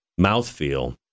mouthfeel